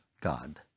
God